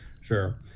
Sure